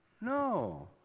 No